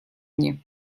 мне